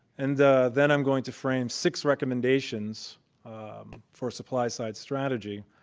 and then i'm going to frame six recommendations for supply-side strategy,